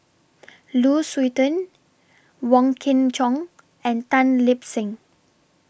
Lu Suitin Wong Kin Jong and Tan Lip Seng